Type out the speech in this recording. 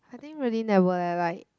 I think really never I like